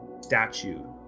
statue